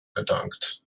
gedankt